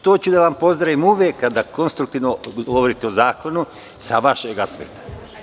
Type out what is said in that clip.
To ću da vam pozdravim uvek kada konstruktivno govorite o zakonu, sa vašeg aspekta.